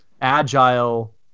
agile